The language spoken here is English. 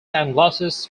sunglasses